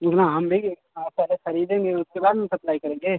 उतना हम देंगे जितना आप पहले खरीदेंगे उसके बाद न सप्लाई करेंगे